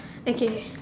okay